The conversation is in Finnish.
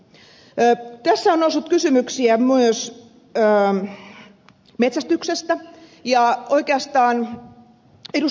tässä on noussut kysymyksiä myös metsästyksestä ja oikeastaan ed